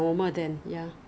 um what what what did they give